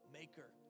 maker